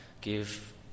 give